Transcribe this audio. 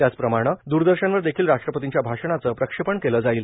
त्याचप्रमाणे द्रदर्शनवर देखील राष्ट्रपतींच्या भाषणाचं प्रक्षेपण केलं जाईल